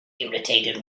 irritated